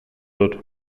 wird